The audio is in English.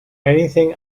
anything